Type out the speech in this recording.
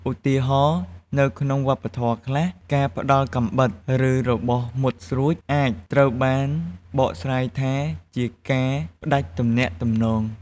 ឧទាហរណ៍ នៅក្នុងវប្បធម៌ខ្លះ ការផ្តល់កាំបិត ឬរបស់មុតស្រួច អាចត្រូវបានបកស្រាយថាជាការផ្តាច់ទំនាក់ទំនង។